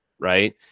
right